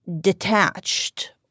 detached